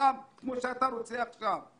מצומצם כמו שאתה רוצה עכשיו.